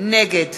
נגד